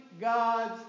God's